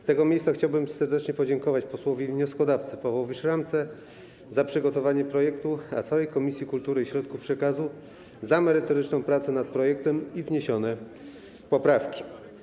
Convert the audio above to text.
Z tego miejsca chciałbym serdecznie podziękować posłowi wnioskodawcy Pawłowi Szramce za przygotowanie projektu, a całej Komisji Kultury i Środków Przekazu - za merytoryczną pracę nad projektem i wniesione poprawki.